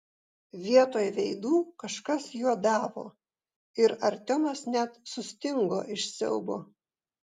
vietoj veidų kažkas juodavo ir artiomas net sustingo iš siaubo